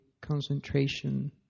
concentration